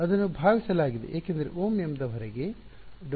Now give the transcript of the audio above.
ಅದನ್ನು ಭಾವಿಸಲಾಗಿದೆ ಎಕೆಂದರೆ Ωm ದ ಹೊರಗೆ W m ೦ ಆಗಿರುತ್ತದೆ